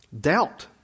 Doubt